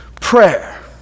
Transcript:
Prayer